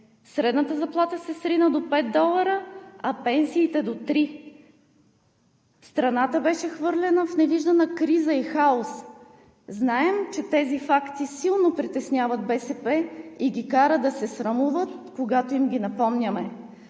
средната заплата се срина до пет долара, а пенсиите – до три. Страната беше хвърлена в невиждана криза и хаос. Знаем, че тези факти силно притесняват БСП и ги карат да се срамуват, когато им ги напомняме,